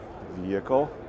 vehicle